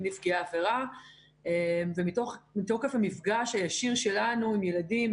נפגעי עבירה ומתוקף המפגש הישיר שלנו עם ילדים,